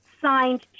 signed